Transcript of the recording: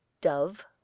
dove